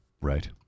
Right